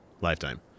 Lifetime